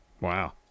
Wow